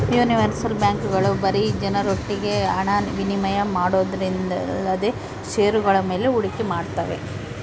universal ಬ್ಯಾಂಕ್ಗಳು ಬರೀ ಜನರೊಟ್ಟಿಗೆ ಹಣ ವಿನಿಮಯ ಮಾಡೋದೊಂದೇಲ್ದೆ ಷೇರುಗಳ ಮೇಲೆ ಹೂಡಿಕೆ ಮಾಡ್ತಾವೆ